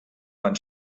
man